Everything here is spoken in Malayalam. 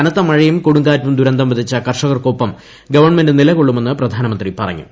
കനത്ത മഴയും കൊടുങ്കാറ്റും ദുരന്തം വിതച്ച കർഷകർക്കൊപ്പം ഗവൺമെന്റ് നിലകൊള്ളുമെന്ന് പ്രധാനമന്ത്രി പറഞ്ഞു